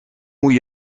moet